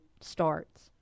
starts